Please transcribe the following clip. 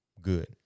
good